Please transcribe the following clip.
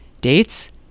Dates